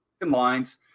lines